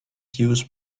used